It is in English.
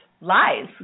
Lies